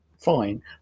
fine